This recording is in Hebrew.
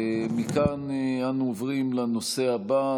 מכאן אנו עוברים לנושא הבא,